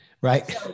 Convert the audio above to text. Right